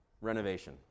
renovation